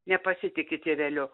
nepasitiki tėveliu